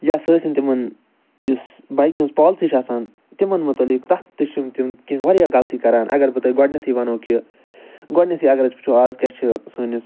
یا سُہ ٲسِنۍ تِمَن یُس بایکہِ ہنٛز پالسی چھِ آسان تِمَن متعلق تَتھ تہِ چھِنہٕ تِم کیٚنٛہہ واریاہ غلطی کران اَگر بہٕ تۄہہِ گۄڈٕنیٚتھٕے وَنہو کہِ گۄڈٕنیٚتھٕے اَگر أسۍ وُچھو آز کیٛاہ چھُ سٲنِس